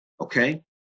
okay